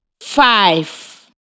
five